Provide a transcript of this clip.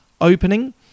opening